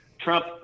Trump